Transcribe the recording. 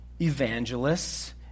evangelists